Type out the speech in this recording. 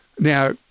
Now